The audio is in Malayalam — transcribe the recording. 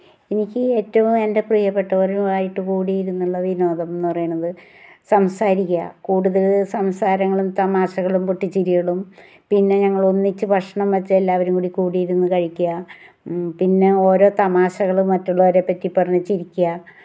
എനിക്ക് ഏറ്റവും എൻ്റെ പ്രിയപ്പെട്ടവരുമായിട്ട് കൂടിയിരുന്നുള്ള വിനോദം എന്ന് പറയുന്നത് സംസാരിക്കുക കൂട്തൽ സംസാരങ്ങളും തമാശകളും പൊട്ടിച്ചിരികളും പിന്നെ ഞങ്ങൾ ഒന്നിച്ച് ഭക്ഷണം വച്ച് എല്ലാവരും കൂടി കൂടിയിരുന്ന് കഴിക്കുക പിന്നെ ഓരോ തമാശകൾ മറ്റുള്ളവരെ പറ്റി പറഞ്ഞ് ചിരിക്കുക